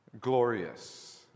glorious